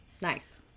Nice